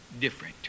different